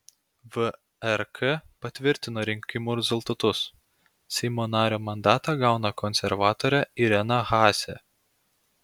vrk patvirtino rinkimų rezultatus seimo nario mandatą gauna konservatorė irena haase